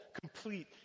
complete